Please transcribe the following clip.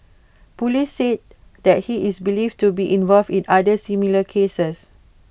Police said that he is believed to be involved in other similar cases